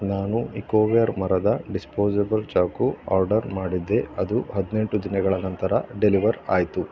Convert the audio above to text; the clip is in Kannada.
ನಾನು ಇಕೋ ವೇರ್ ಮರದ ಡಿಸ್ಪೋಸಬಲ್ ಚಾಕು ಆರ್ಡರ್ ಮಾಡಿದ್ದೆ ಅದು ಹದಿನೆಂಟು ದಿನಗಳ ನಂತರ ಡೆಲಿವರ್ ಆಯಿತು